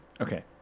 Okay